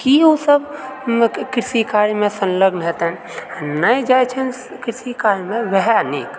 की ओसभ कृषि कार्यमऽ सङ्लग्न हेतनि आ नहि जाइत छनि कृषि कार्यमऽ वएह नीक